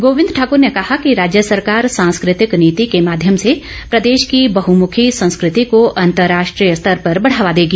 गोविंद ठाकुर ने कहा कि राज्य सरकार सांस्कृतिक नीति के माध्यम से प्रदेश की बहमुखी संस्कृति को अंतर्राष्ट्रीय स्तर पर बढ़ावा देगी